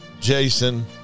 Jason